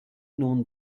nun